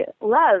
love